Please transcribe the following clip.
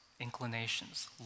inclinations